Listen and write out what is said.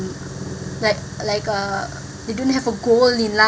like like uh they don't have a goal in life